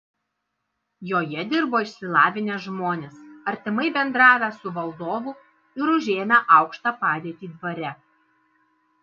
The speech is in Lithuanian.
joje dirbo išsilavinę žmonės artimai bendravę su valdovu ir užėmę aukštą padėtį dvare